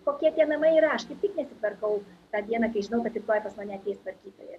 kokie tie namai yra aš kaip tik nesitvarkau tą dieną kai žinau kad rytoj pas mane ateis tvarkytoja